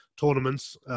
tournaments